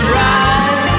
right